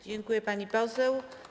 Dziękuję, pani poseł.